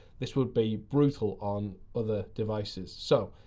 this would be brutal on other devices. so,